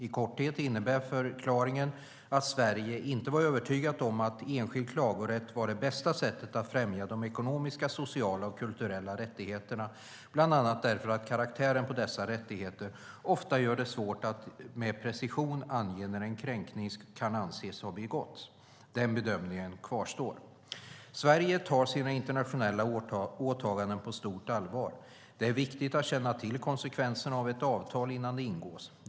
I korthet innebär förklaringen att Sverige inte var övertygat om att enskild klagorätt var det bästa sättet att främja de ekonomiska, sociala och kulturella rättigheterna, bland annat därför att karaktären på dessa rättigheter ofta gör det svårt att med precision ange när en kränkning kan anses ha begåtts. Den bedömningen kvarstår. Sverige tar sina internationella åtaganden på stort allvar. Det är viktigt att känna till konsekvenserna av ett avtal innan det ingås.